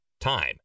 time